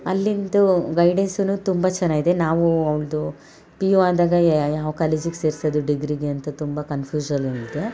ಅಲ್ಲಿನದು guidance ತುಂಬ ಚೆನ್ನಾಗಿದೆ ನಾವು ಅವ್ಳದ್ದು ಪಿ ಯು ಆದಾಗ ಯಾವ ಕಾಲೇಜಿಗೆ ಸೇರ್ಸೋದು ಡಿಗ್ರಿಗೆ ಅಂತ ತುಂಬ ಕನ್ಫ್ಯೂಝಲ್ಲು ಇದೆ